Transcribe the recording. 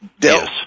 Yes